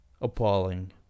appalling